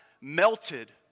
melted